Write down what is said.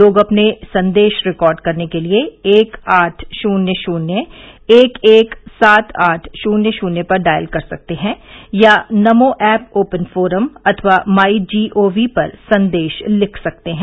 लोग अपने संदेश रिकॉर्ड करने के लिए एक आठ शून्य शून्य एक एक सात आठ शून्य शून्य पर डायल कर सकते हैं या नमो ऐप ओपन फोरम अथवा माई जीओवी पर संदेश लिख सकते हैं